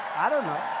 i don't know.